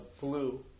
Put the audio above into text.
blue